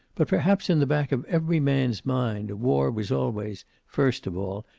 but perhaps in the back of every man's mind war was always, first of all,